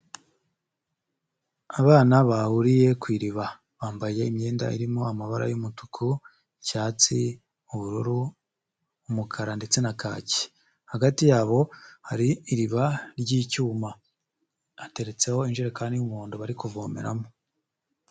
Abana bahuriye ku iriba bambaye imyenda irimo amabara y'umutuku icyatsi ubururu umukara ndetse na kaki, hagati yabo hari iriba ry'icyuma hateretseho injerekani y'umuhondo bari kuvomeramo.